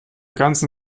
ganzen